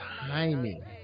timing